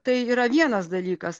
tai yra vienas dalykas